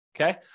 okay